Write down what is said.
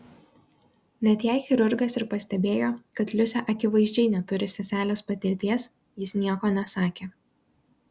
net jei chirurgas ir pastebėjo kad liusė akivaizdžiai neturi seselės patirties jis nieko nesakė